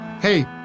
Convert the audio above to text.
Hey